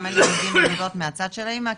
גם אין לי קרובים וקרובות מהצד של האמא,